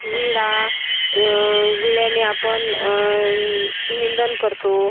विळा विळ्याने आपण निंदण करतो